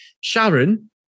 Sharon